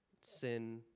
sin